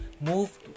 move